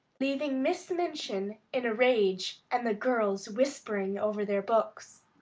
leaving miss minchin in a rage and the girls whispering over their books.